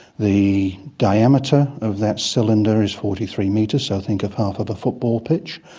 the diameter of that cylinder is forty three metres, so think of half of a football pitch,